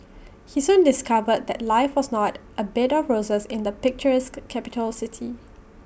he soon discovered that life was not A bed of roses in the picturesque capital city